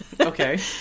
Okay